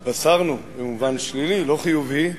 התבשרנו, במובן שלילי, לא חיובי,